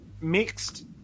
mixed